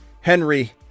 Henry